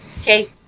Okay